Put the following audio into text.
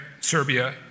Serbia